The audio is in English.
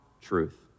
truth